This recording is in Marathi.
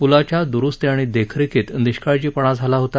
पुलाच्या दुरुस्ती आणि देखरेखीत निष्काळजीपणा झाला होता